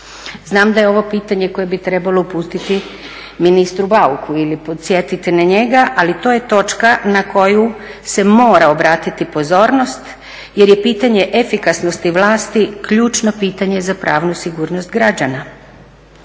Znam da je ovo pitanje koje bi trebalo uputiti ministru Bauku ili podsjetiti na njega ali to je točka na koju se mora obratiti pozornost jer je pitanje efikasnosti vlasti ključno pitanje za pravnu sigurnost građana.